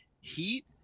heat